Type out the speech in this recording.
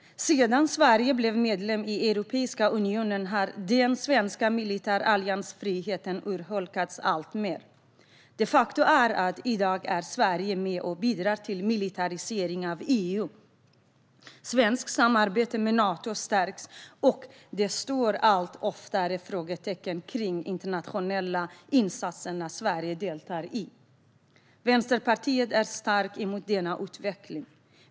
Sedan Sverige blev medlem i Europeiska unionen har den svenska militära alliansfriheten urholkats alltmer. I dag är Sverige de facto med och bidrar till militariseringen av EU. Svenskt samarbete med Nato stärks, och det uppstår allt oftare frågetecken kring de internationella insatser som Sverige deltar i. Vänsterpartiet är starkt emot denna utveckling.